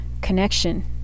Connection